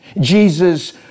Jesus